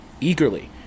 eagerly